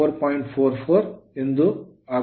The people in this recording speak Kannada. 44 ಆಗುತ್ತದೆ